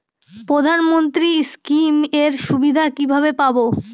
প্রধানমন্ত্রী স্কীম এর সুবিধা কিভাবে পাবো?